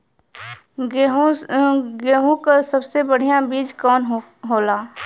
गेहूँक सबसे बढ़िया बिज कवन होला?